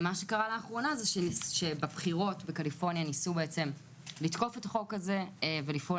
לאחרונה ניסו בבחירות בקליפורניה לתקוף את החוק הזה ולפעול